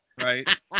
Right